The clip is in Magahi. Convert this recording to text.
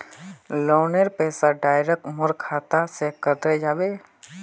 लोनेर पैसा डायरक मोर खाता से कते जाबे?